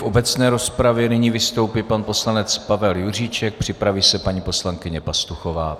V obecné rozpravě nyní vystoupí pan poslanec Pavel Juříček, připraví se paní poslankyně Pastuchová.